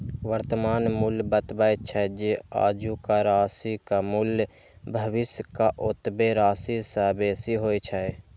वर्तमान मूल्य बतबै छै, जे आजुक राशिक मूल्य भविष्यक ओतबे राशि सं बेसी होइ छै